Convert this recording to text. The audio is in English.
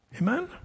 Amen